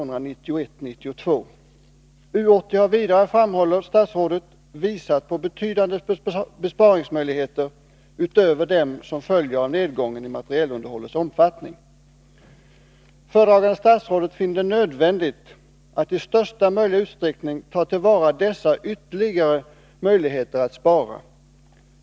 U 80 har vidare, framhåller statsrådet, visat på betydande besparingsmöjligheter utöver dem som följer av nedgången i materielunderhållets omfattning. Föredragande statsrådet finner det nödvändigt att i största möjliga utsträckning ta till vara dessa ytterligare möjligheter att spara.